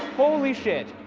holy shit!